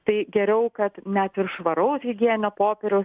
tai geriau kad net ir švaraus higieninio popieriaus